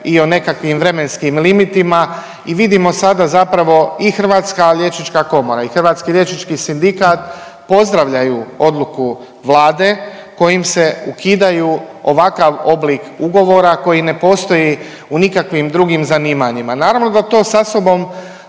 i o nekakvim vremenskim limitima i vidimo sada zapravo i Hrvatska liječnika komora i Hrvatski liječnički sindikat pozdravljaju odluku Vlade kojim se ukidaju ovakav oblik ugovora koji ne postoji u nikakvim drugim zanimanjima. Naravno da to sa sobom